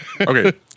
Okay